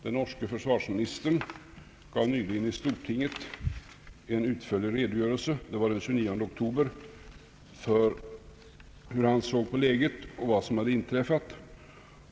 Den norske försvarsministern lämnade i stortinget den 29 oktober en utförlig redogörelse för hur han såg på läget och vad som inträffat.